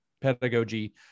pedagogy